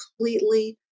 completely